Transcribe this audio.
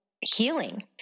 healing